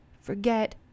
forget